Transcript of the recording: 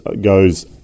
goes